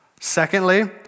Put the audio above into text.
Secondly